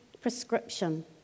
prescription